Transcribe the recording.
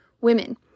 women